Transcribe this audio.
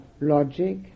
logic